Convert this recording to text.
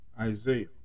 Isaiah